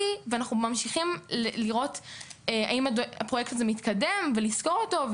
ואנחנו ממשיכים לראות אם הפרויקט הזה מתקדם ולסקור אותו.